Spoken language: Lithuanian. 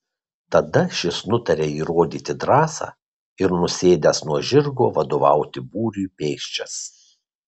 tada šis nutaria įrodyti drąsą ir nusėdęs nuo žirgo vadovauti būriui pėsčias